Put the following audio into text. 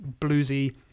bluesy